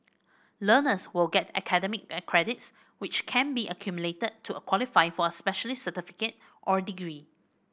learners will get academic credits which can be accumulated to qualify for a specialist certificate or degree